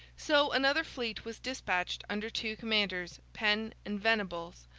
so, another fleet was despatched under two commanders, penn and venables,